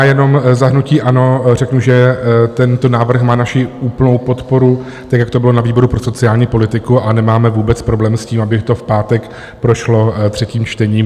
Jenom za hnutí ANO řeknu, že tento návrh má naši úplnou podporu, tak jak to bylo na výboru pro sociální politiku, a nemáme vůbec problém s tím, aby to v pátek prošlo třetím čtením.